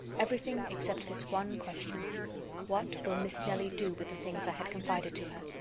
everything except this one question what will miss nelly do with the things i had confided to her?